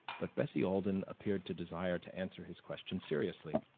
but bessie alden appeared to desire to answer his question seriously.